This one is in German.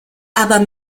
aber